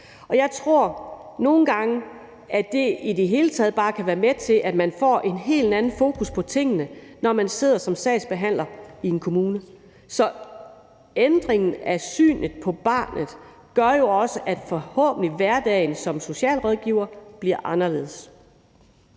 Jeg tror, at det i det hele taget bare kan være med til, at man får et helt andet fokus på tingene, når man sidder som sagsbehandler i en kommune. Så ændringen af synet på barnet gør jo også, at hverdagen som socialrådgiver forhåbentlig bliver anderledes.